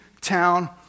town